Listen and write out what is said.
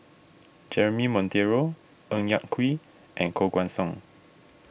Jeremy Monteiro Ng Yak Whee and Koh Guan Song